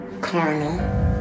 carnal